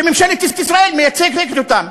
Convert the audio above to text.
שממשלת ישראל מייצגת אותם,